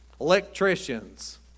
electricians